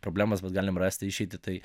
problemos bet galim rasti išeitį tai